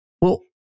well-